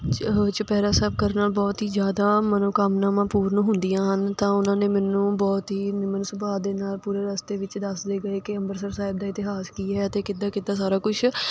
ਚ ਚੁਪਹਿਰਾ ਸਾਹਿਬ ਕਰਨਾ ਬਹੁਤ ਹੀ ਜ਼ਿਆਦਾ ਮਨੋ ਕਾਮਨਾਮਾ ਪੂਰਨ ਹੁੰਦੀਆਂ ਹਨ ਤਾਂ ਉਹਨਾਂ ਨੇ ਮੈਨੂੰ ਬਹੁਤ ਹੀ ਨਿਮਨ ਸੁਭਾਅ ਦੇ ਨਾਲ ਪੂਰੇ ਰਸਤੇ ਵਿੱਚ ਦੱਸਦੇ ਗਏ ਕਿ ਅੰਮ੍ਰਿਤਸਰ ਸਾਹਿਬ ਦਾ ਇਤਿਹਾਸ ਕੀ ਹੈ ਅਤੇ ਕਿੱਦਾਂ ਕਿੱਦਾਂ ਸਾਰਾ ਕੁਛ